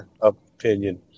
opinion